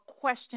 question